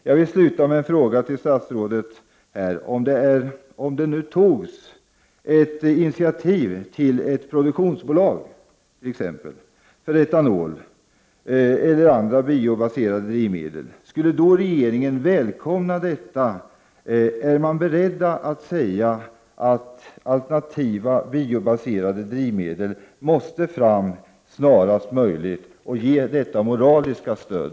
Jag vill sluta med en fråga till statsrådet: Om det tas initiativ till t.ex. produktionsbolag för etanol eller andra biobaserade drivmedel, skulle då regeringen välkomna detta? Är man beredd att säga att alternativa biobaserade drivmedel måste fram snarast möjligt och ge detta moraliskt stöd?